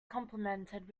complimented